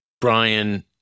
Brian